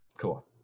Cool